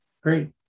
Great